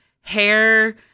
hair